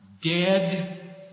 dead